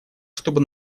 чтобы